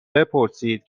بپرسید